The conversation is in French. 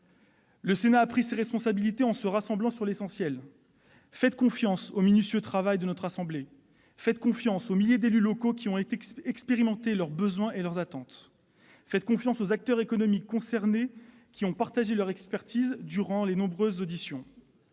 Le Sénat a pris ses responsabilités en se rassemblant sur l'essentiel. Faites confiance au minutieux travail de notre assemblée ! Faites confiance aux milliers d'élus locaux qui ont exprimé leurs besoins et leurs attentes. Faites confiance aux acteurs économiques concernés, qui ont partagé leur expertise durant les nombreuses auditions.